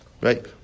Right